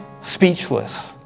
speechless